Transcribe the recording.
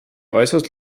äußerst